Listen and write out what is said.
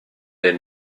der